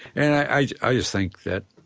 and i i just think that,